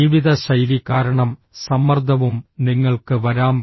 ജീവിതശൈലി കാരണം സമ്മർദ്ദവും നിങ്ങൾക്ക് വരാം